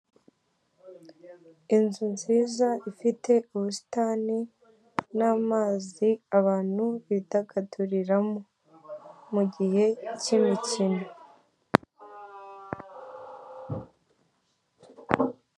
Inzu nziza ifite ubusitani n'amazi abantu bidagaduriramo mu gihe cy'imikino.